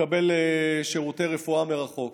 לקבל שירותי רפואה מרחוק,